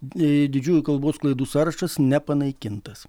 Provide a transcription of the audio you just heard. didžiųjų kalbos klaidų sąrašas nepanaikintas